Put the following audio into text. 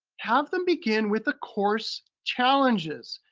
have them begin with the course challenges.